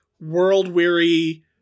world-weary